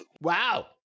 Wow